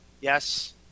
Yes